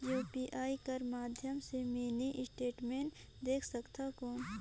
UPI कर माध्यम से मिनी स्टेटमेंट देख सकथव कौन?